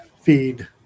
feed